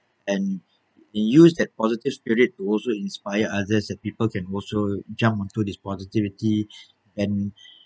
and he used that positive spirit to also inspire others that people can also jump on to this positivity and